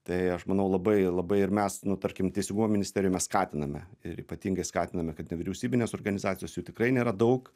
tai aš manau labai labai ir mes nu tarkim teisingumo ministerijoj mes skatiname ir ypatingai skatiname kad nevyriausybinės organizacijos jų tikrai nėra daug